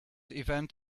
event